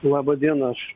laba diena aš